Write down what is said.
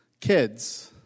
kids